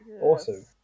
Awesome